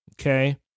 okay